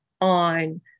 on